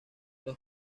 los